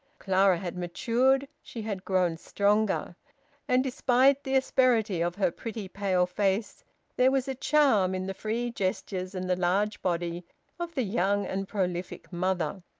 clara had matured, she had grown stronger and despite the asperity of her pretty, pale face there was a charm in the free gestures and the large body of the young and prolific mother.